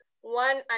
one